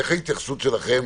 איך ההתייחסות שלכם